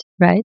right